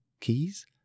Keys